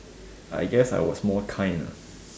I guess I was more kind ah